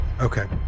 Okay